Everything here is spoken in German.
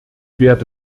werde